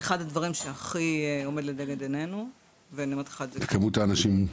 אחד הדברים שהכי עומד לנגד עיינינו- - כמות האנשים?